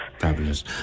fabulous